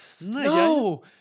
No